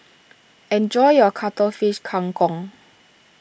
enjoy your Cuttlefish Kang Kong